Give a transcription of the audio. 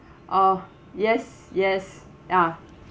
oh yes yes ya